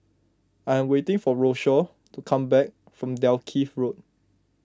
I am waiting for Rochelle to come back from Dalkeith Road